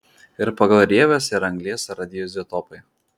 ir pagal rieves ir anglies radioizotopai